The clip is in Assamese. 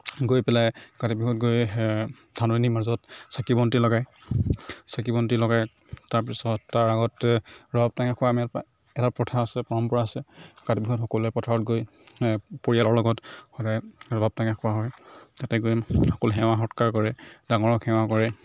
গৈ পেলাই কাতি বিহুত গৈ ধাননিৰ মাজত চাকি বন্তি লগায় চাকি বন্তি লগাই তাৰ পাছত তাৰ আগত ৰবাবটেঙা খোৱাৰ মেল এটা প্ৰথা আছে পৰম্পৰা আছে কাতি বিহুত সকলোৱে পথাৰত গৈ পৰিয়ালৰ লগত সদায় ৰবাবটেঙা খোৱা হয় তাতে গৈ সকলোৱে সেৱা সৎকাৰ কৰে ডাঙৰক সেৱা কৰে